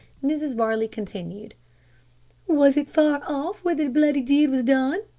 mrs varley continued was it far off where the bloody deed was done?